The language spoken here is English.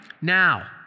Now